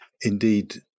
Indeed